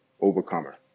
Overcomer